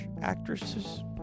actresses